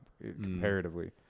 comparatively